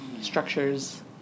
structures